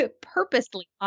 purposely